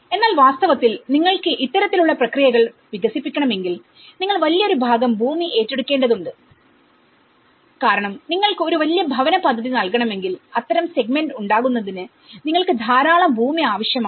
എന്നാൽ വാസ്തവത്തിൽ നിങ്ങൾക്ക് ഇത്തരത്തിലുള്ള പ്രക്രിയകൾ വികസിപ്പിക്കണമെങ്കിൽ നിങ്ങൾ വലിയൊരു ഭാഗം ഭൂമി ഏറ്റെടുക്കേണ്ടതുണ്ട് കാരണം നിങ്ങൾക്ക് ഒരു വലിയ ഭവന പദ്ധതി നൽകണമെങ്കിൽ അത്തരം സെഗ്മെന്റ് ഉണ്ടാകുന്നതിന് നിങ്ങൾക്ക് ധാരാളം ഭൂമി ആവശ്യമാണ്